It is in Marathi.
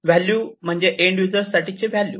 व्हॅल्यू म्हणजे एन्ड यूजर साठीची व्हॅल्यू